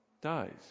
dies